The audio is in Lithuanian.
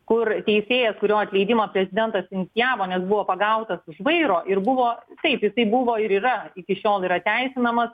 kur teisėjas kurio atleidimą prezidentas inicijavo nes buvo pagautas už vairo ir buvo taip jisai buvo ir yra iki šiol yra teisinamas